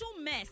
mess